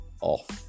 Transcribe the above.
off